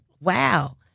wow